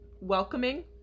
welcoming